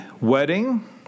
wedding